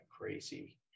crazy